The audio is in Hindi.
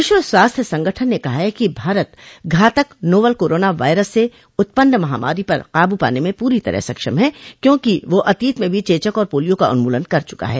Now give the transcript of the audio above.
विश्व स्वास्थ्य संगठन ने कहा है कि भारत घातक नोवल कोरोना वायरस से उत्पन्न महामारी पर काबू पाने में पूरी तरह सक्षम है क्योंकि वह अतीत में भी चेचक और पोलियो का उन्मूलन कर चुका है